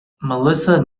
melissa